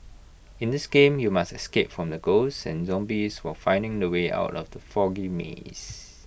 in this game you must escape from the ghosts and zombies while finding the way out of the foggy maze